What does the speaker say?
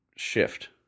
Shift